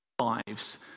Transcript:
Lives